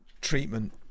treatment